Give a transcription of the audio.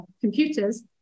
computers